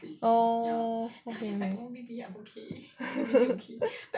oh